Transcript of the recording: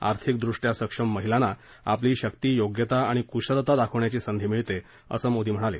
आर्थिकदृष्टया सक्षम महिलांना आपली शक्ती योग्यता आणि क्शलता दाखवण्याची संधी मिळते असं मोदी म्हणाले